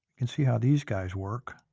and see how these guys work.